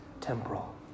temporal